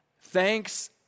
Thanks